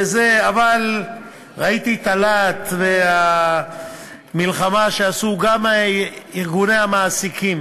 אבל ראיתי את הלהט והמלחמה שעשו גם ארגוני המעסיקים